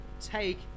take